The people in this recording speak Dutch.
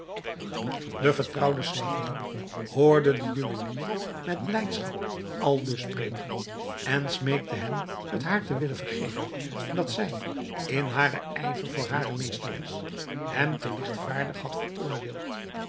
de vertrouwde slavin hoorde den juwelier met blijdschap aldus spreken en smeekte hem het haar te willen vergeven dat zij in haren ijver voor hare meesteres hem te ligtvaardig had veroordeeld